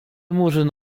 murzyn